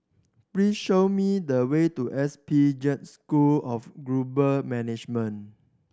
please show me the way to S P Jain School of Global Management